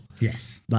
Yes